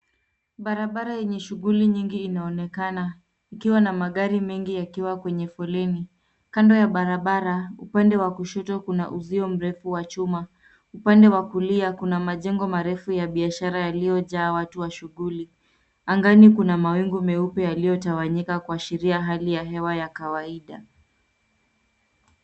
Barabara yenye shughuli nyingi inaoenekana ikiwa na magari mengi kwenye foleni. Kando ya barabara upande wa kushoto kuna uzio mrefu wa chuma. Upande wa kulia kuna majengo marefu ya biashara yaliyojaa watu wa shughuli. Angani kuna mawingu meupe yaliyotawanyika kuashiria hali ya hewa ya kawaida.